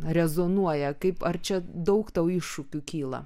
rezonuoja kaip ar čia daug tau iššūkių kyla